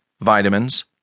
vitamins